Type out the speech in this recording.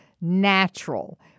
natural